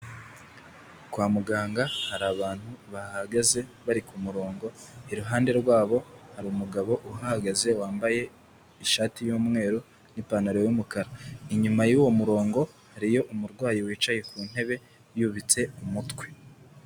Kwa muganga hari abantu bahahagaze bari kumurongo, iruhande rwabo hari umugabo uhagaze wambaye ishati y'umweru n'ipantaro y'umukara, inyuma y'uwo murongo hariyo umurwayi wicaye ku ntebe yubitse umutwe.